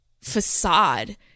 facade